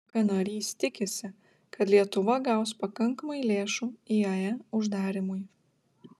ek narys tikisi kad lietuva gaus pakankamai lėšų iae uždarymui